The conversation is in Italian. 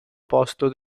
posto